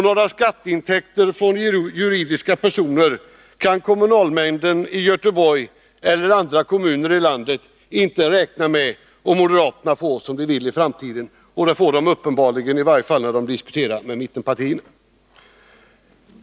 Några skatteintäkter från juridiska personer kan kommunalmännen i Göteborg eller i andra kommuner i landet inte räkna med, om moderaterna får som de villi framtiden. Och det får de uppenbarligen, när de diskuterar med mittenpartierna.